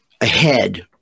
ahead